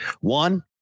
One